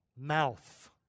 mouth